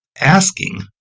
asking